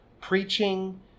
preaching